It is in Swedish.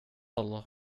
alla